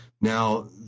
Now